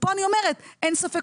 אין ספק,